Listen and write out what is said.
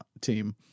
team